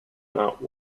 not